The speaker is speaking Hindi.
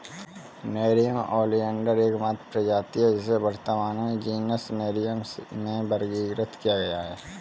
नेरियम ओलियंडर एकमात्र प्रजाति है जिसे वर्तमान में जीनस नेरियम में वर्गीकृत किया गया है